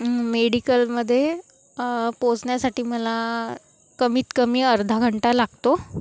मेडिकलमध्ये पोचण्यासाठी मला कमीत कमी अर्धा घंटा लागतो